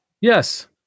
Yes